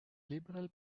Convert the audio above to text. liberal